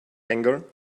anger